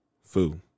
Fu